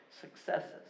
successes